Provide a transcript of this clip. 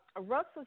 Russell